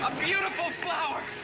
beautiful flower.